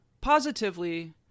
positively